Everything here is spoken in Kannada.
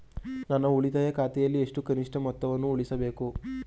ನನ್ನ ಉಳಿತಾಯ ಖಾತೆಯಲ್ಲಿ ಎಷ್ಟು ಕನಿಷ್ಠ ಮೊತ್ತವನ್ನು ಉಳಿಸಬೇಕು?